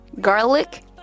garlic